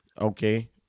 Okay